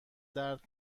درد